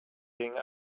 dinge